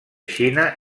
xina